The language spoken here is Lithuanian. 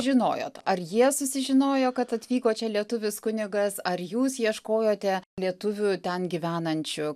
žinojot ar jie susižinojo kad atvyko čia lietuvis kunigas ar jūs ieškojote lietuvių ten gyvenančių